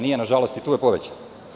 Nije, nažalost, i tu je povećan.